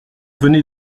venait